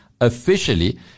officially